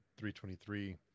323